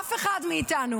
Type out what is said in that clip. לאף אחד מאיתנו.